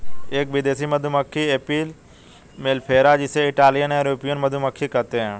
एक विदेशी मधुमक्खी एपिस मेलिफेरा जिसे इटालियन या यूरोपियन मधुमक्खी कहते है